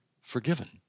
forgiven